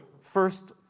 first